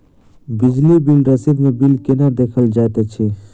बिजली बिल रसीद मे बिल केना देखल जाइत अछि?